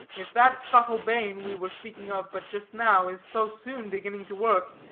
if that subtle bane, we were speaking of but just now, is so soon beginning to work,